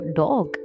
dog